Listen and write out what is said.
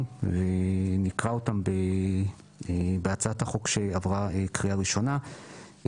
ונקרא אותם בהצעת החוק שעברה קריאה ראשונה,